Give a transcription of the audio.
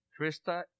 Krista